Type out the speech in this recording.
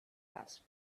asked